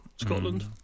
Scotland